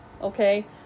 okay